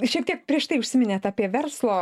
šiek tiek prieš tai užsiminėt apie verslo